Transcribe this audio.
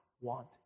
want